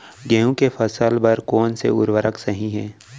गेहूँ के फसल के बर कोन से उर्वरक सही है?